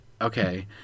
Okay